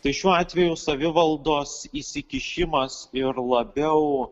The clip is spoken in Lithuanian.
tai šiuo atveju savivaldos įsikišimas ir labiau